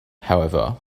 however